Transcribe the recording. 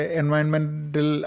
environmental